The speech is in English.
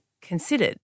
considered